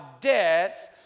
debts